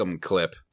clip